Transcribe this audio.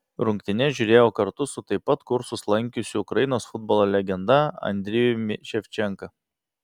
rungtynes žiūrėjau kartu su taip pat kursus lankiusiu ukrainos futbolo legenda andrijumi ševčenka